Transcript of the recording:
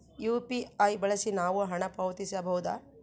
UPI ಬಳಸಿ ನಾವು ಹಣ ಪಾವತಿಸಬಹುದಾ?